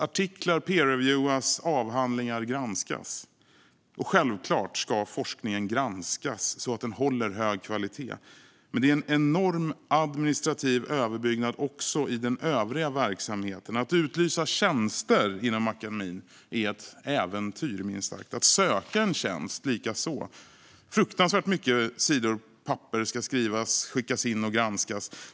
Artiklar peer-reviewas, och avhandlingar granskas. Självklart ska forskningen granskas så att den håller hög kvalitet. Men det är en enorm administrativ överbyggnad också i den övriga verksamheten. Att utlysa tjänster inom akademin är minst sagt ett äventyr, att söka en tjänst likaså. Fruktansvärt många sidor papper ska skrivas, skickas in och granskas.